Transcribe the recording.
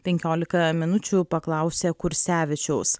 penkiolika minučių paklausė kursevičiaus